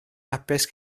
hapus